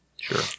sure